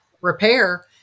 repair